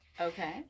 Okay